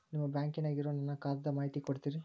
ನಿಮ್ಮ ಬ್ಯಾಂಕನ್ಯಾಗ ಇರೊ ನನ್ನ ಖಾತಾದ ಮಾಹಿತಿ ಕೊಡ್ತೇರಿ?